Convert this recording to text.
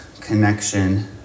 connection